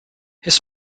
his